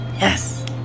yes